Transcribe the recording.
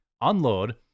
Unload